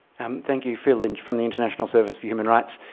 um thank you, phil lynch from the international service for human rights.